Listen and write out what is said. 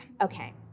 Okay